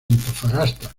antofagasta